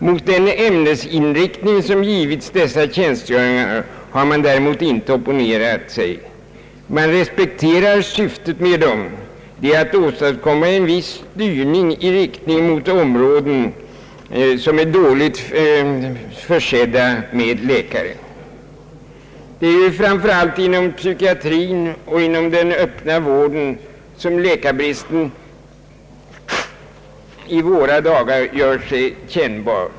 Mot den ämnesinriktning som givits dessa tjänstgöringar har man däremot inte opponerat sig. Man respekterar syftet med dem, nämligen att åstadkomma en viss styrning i riktning mot områden som är dåligt försedda med läkare. Det är framför allt inom psykiatrin och inom den öppna vården som läkarbristen i våra dagar gör sig märkbar.